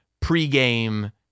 pregame